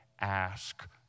ask